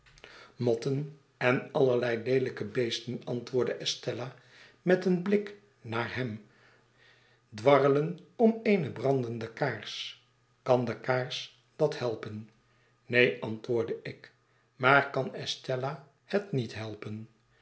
motten en allerlei leelijke beesten antwoordde estella met een blik naar hem dwarrelen om eene brandende kaars kan de kaars dat helpen neen antwoordde ik maar kan estella het niet helpen